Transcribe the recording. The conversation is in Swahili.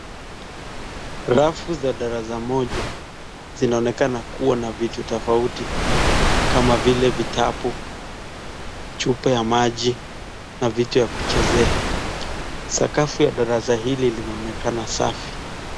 rafu za darasa moja, zinaonekana kuwa na vitu tofauti, kama vile vitabu ,chupa ya maji, na vitu vya kuchezea. Sakafu ya darasa hili linaonekana safi.